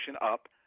up